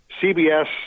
CBS